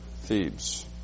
Thebes